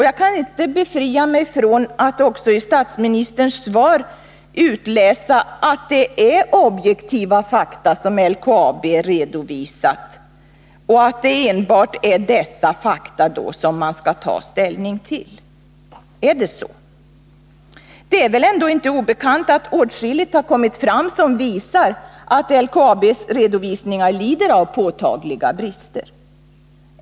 Jag kan inte befria mig från att också i statsministerns svar utläsa att det är objektiva fakta som LKAB redovisar och att det enbart är dessa fakta som man skall ta ställning till. Är det så? Det är väl ändå inte obekant att åtskilligt har kommit fram som visar att LKAB:s redovisningar lider av påtagliga brister.